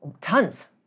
Tons